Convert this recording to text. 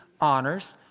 honors